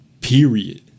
Period